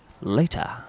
later